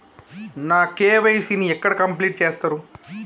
నా కే.వై.సీ ని ఎక్కడ కంప్లీట్ చేస్తరు?